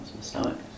stomach